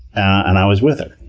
and i was with her.